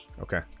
Okay